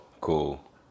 cool